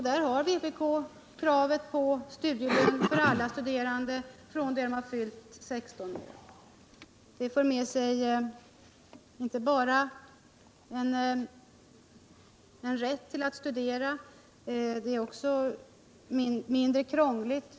Där har då vpk krävt att studiemedel skall utgå till alla studerande som har fyllt 16 år. Detta ger alltså inte bara möjligheter att studera, utan hela systemet blir också mindre krångligt.